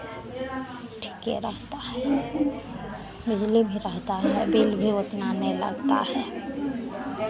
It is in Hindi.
ठीके रहता है बिजली भी रहता है बिल भी उतना नहीं लगता है